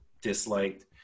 disliked